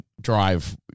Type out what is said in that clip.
Drive